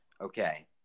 Okay